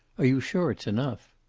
are you sure it's enough?